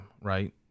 Right